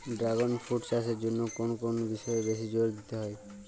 Dragon fruit চাষের জন্য কোন কোন বিষয়ে বেশি জোর দিতে হয়?